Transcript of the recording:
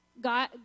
God